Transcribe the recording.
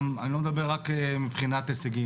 אני לא מדבר רק מבחינת הישגים,